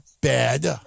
bad